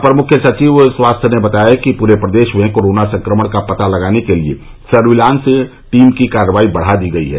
अपर मुख्य सचिव स्वास्थ्य ने बताया कि पूरे प्रदेश में कोरोना संक्रमण का पता लगाने के लिये सर्विलांस टीम की कार्रवाई बढ़ा दी गई है